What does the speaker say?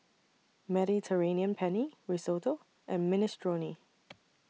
Mediterranean Penne Risotto and Minestrone